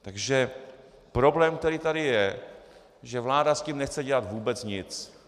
Takže problém, který tady je, že vláda s tím nechce dělat vůbec nic.